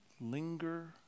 Linger